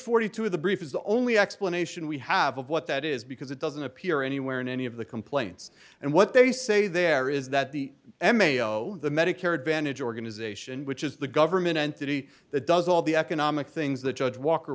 dollars of the brief is the only explanation we have of what that is because it doesn't appear anywhere in any of the complaints and what they say there is that the m a o the medicare advantage organization which is the government entity that does all the economic things the judge walker